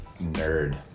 nerd